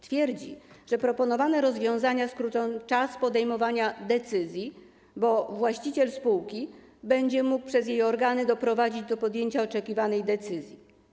Twierdzi, że proponowane rozwiązania skrócą czas podejmowania decyzji, bo właściciel spółki będzie mógł przez jej organy doprowadzić do podjęcia oczekiwanej decyzji.